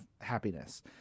happiness